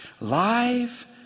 life